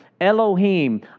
Elohim